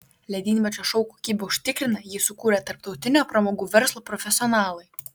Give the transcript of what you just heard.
ledynmečio šou kokybę užtikrina jį sukūrę tarptautinio pramogų verslo profesionalai